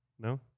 No